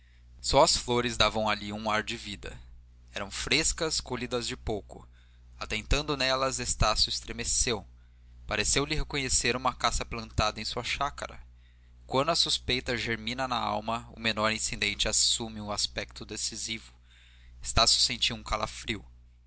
só as flores davam ali um ar de vida eram frescas colhidas de pouco atentando nelas estácio estremeceu pareceu-lhe reconhecer uma acácia plantada em sua chácara quando a suspeita germina na alma o menor incidente assume um aspecto decisivo estácio sentiu um calafrio